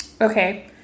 Okay